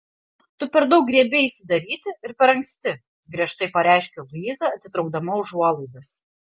tu per daug griebeisi daryti ir per anksti griežtai pareiškė luiza atitraukdama užuolaidas